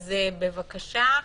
בבקשה,